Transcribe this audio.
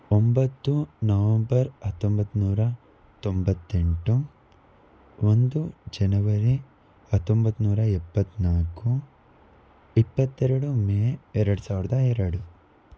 ಒಂಬತ್ತು ನವೆಂಬರ್ ಹತ್ತೊಂಬತ್ತು ನೂರ ತೊಂಬತ್ತೆಂಟು ಒಂದು ಜನವರಿ ಹತ್ತೊಂಬತ್ತು ನೂರ ಎಪ್ಪತ್ತ್ನಾಲ್ಕು ಇಪ್ಪತ್ತೆರಡು ಮೇ ಎರಡು ಸಾವಿರದ ಎರಡು